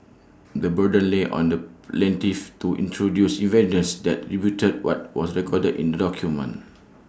the burden lay on the plaintiff to introduce evidence that rebutted what was recorded in the document